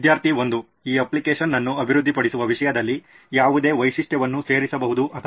ವಿದ್ಯಾರ್ಥಿ 1 ಈ ಅಪ್ಲಿಕೇಶನ್ ಅನ್ನು ಅಭಿವೃದ್ಧಿಪಡಿಸುವ ವಿಷಯದಲ್ಲಿ ಯಾವುದೇ ವೈಶಿಷ್ಟ್ಯವನ್ನು ಸೇರಿಸಬಹುದು ಅಥವಾ